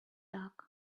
dark